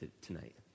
tonight